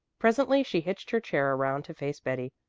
presently she hitched her chair around to face betty.